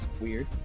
weird